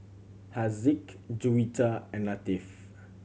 Haziq Juwita and Latif